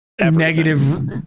Negative